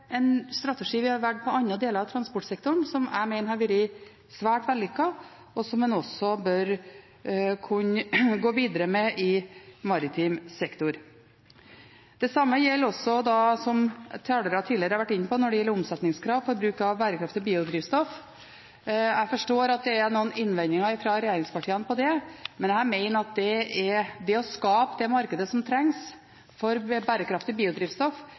strategi vi har valgt for andre deler av transportsektoren, som jeg mener har vært svært vellykket, og som en også bør kunne gå videre med i maritim sektor. Det samme gjelder også, som tidligere talere har vært inne på, omsetningskrav for bruk av bærekraftig biodrivstoff. Jeg forstår at det er noen innvendinger fra regjeringspartiene når det gjelder det, men jeg mener at det å skape det markedet som trengs for bærekraftig biodrivstoff,